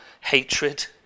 hatred